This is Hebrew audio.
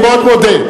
אני מאוד מודה.